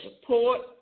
support